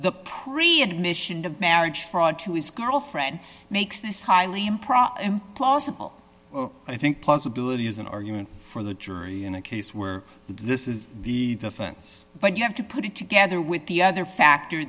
the pre ignition of marriage fraud to his girlfriend makes this highly improper implausible i think plausibility is an argument for the jury in a case where this is the the fence but you have to put it together with the other factor